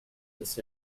this